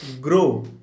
grow